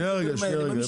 שנייה, רגע.